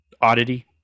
oddity